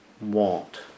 want